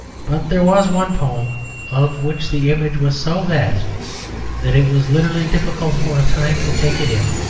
but there was one poem of which the image was so vast that it was literally difficult for a time to take it in